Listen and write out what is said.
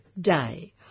Day